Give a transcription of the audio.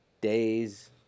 days